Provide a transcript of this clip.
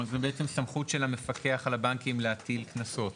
זה בעצם סמכות של המפקח על הבנקים להטיל קנסות?